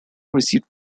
received